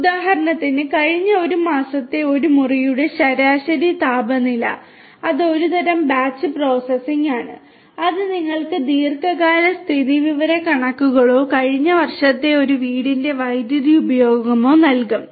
ഉദാഹരണത്തിന് കഴിഞ്ഞ ഒരു മാസത്തെ ഒരു മുറിയുടെ ശരാശരി താപനില അത് ഒരുതരം ബാച്ച് പ്രോസസ്സിംഗ് ആണ് അത് നിങ്ങൾക്ക് ദീർഘകാല സ്ഥിതിവിവരക്കണക്കുകളോ കഴിഞ്ഞ വർഷത്തെ ഒരു വീടിന്റെ വൈദ്യുതി ഉപയോഗമോ നൽകും